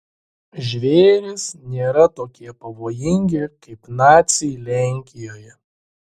žvėrys nėra tokie pavojingi kaip naciai lenkijoje